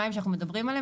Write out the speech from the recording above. המים שאנו מדברים עליהם